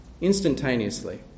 instantaneously